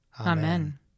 Amen